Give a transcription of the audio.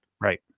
Right